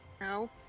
No